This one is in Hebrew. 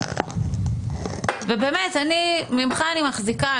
ובאמת, ממך אני מחזיקה.